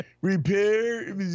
Repair